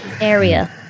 area